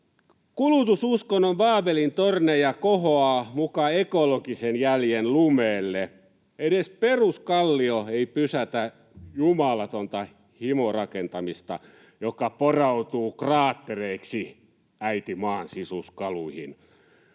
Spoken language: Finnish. Kulutususkonnon baabelintorneja kohoaa muka ekologisen jäljen lumeelle. Edes peruskallio ei pysäytä jumalatonta himorakentamista, joka porautuu kraatereiksi äiti maan sisuskaluihin.